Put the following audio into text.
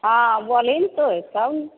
हॅं बोली ने तब